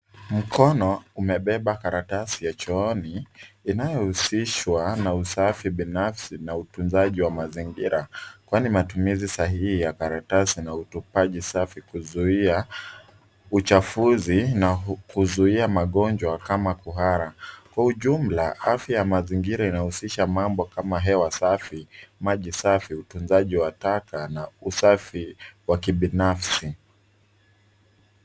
Mkono umebeba karatasi ya chooni inayohusishwa na usafi binafsi na utunzaji wa mazingira. Kwani matumizi sahihi ya karatasi na utupaji safi huzuia uchafuzi na kuzuia magonjwa kama kuhara. Kwa ujumla afya ya mazingira inahusisha mambo kama hewa safi, maji safi, utunzaji na usafi wa kibinafsi.